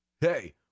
Hey